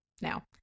now